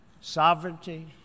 sovereignty